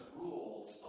rules